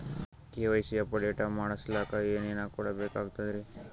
KYC update ಮಾಡಸ್ಲಕ ಏನೇನ ಕೊಡಬೇಕಾಗ್ತದ್ರಿ?